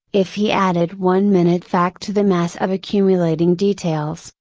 if he added one minute fact to the mass of accumulating details,